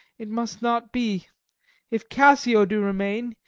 it must not be if cassio do remain,